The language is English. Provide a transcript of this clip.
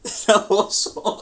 啰嗦